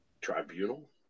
Tribunal